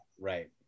Right